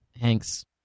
Hank's